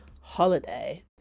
holiday